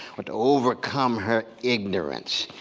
but to overcome her ignorance.